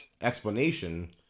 explanation